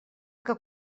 que